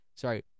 Sorry